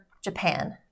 Japan